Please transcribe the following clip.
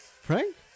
Frank